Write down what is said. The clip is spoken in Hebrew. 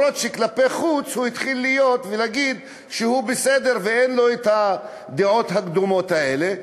אפילו שכלפי חוץ הוא התחיל להגיד שהוא בסדר ואין לו הדעות הקדומות האלה,